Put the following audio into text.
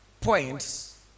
points